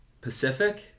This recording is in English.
Pacific